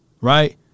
right